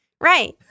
right